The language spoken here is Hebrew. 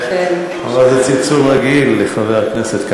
באתי מבחוץ,